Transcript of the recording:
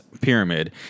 pyramid